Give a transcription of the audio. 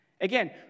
Again